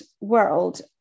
world